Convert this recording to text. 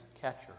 catcher